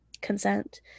consent